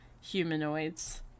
humanoids